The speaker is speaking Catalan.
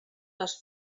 les